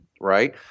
right